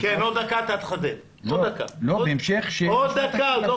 עוד דקה אתה מחדד.